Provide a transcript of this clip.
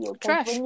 trash